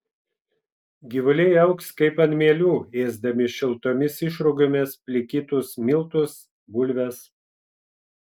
gyvuliai augs kaip ant mielių ėsdami šiltomis išrūgomis plikytus miltus bulves